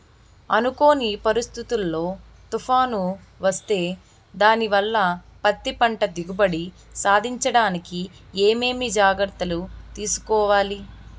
అనుకోని పరిస్థితుల్లో తుఫాను వస్తే దానివల్ల పత్తి పంట దిగుబడి సాధించడానికి ఏమేమి జాగ్రత్తలు తీసుకోవాలి?